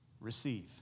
Receive